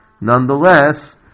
nonetheless